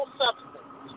substance